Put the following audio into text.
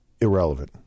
irrelevant